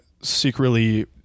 secretly